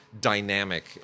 dynamic